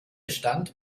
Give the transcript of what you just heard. stand